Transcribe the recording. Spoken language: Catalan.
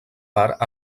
part